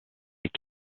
take